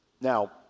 Now